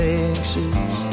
Texas